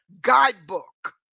guidebook